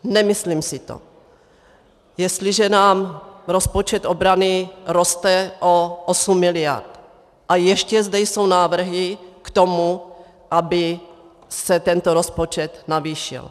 Nemyslím si to, jestliže nám rozpočet obrany roste o 8 mld. a ještě zde jsou návrhy k tomu, aby se tento rozpočet navýšil.